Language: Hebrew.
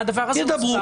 הדבר הזה הוסבר.